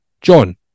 John